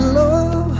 love